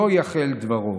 לא יחל דברו".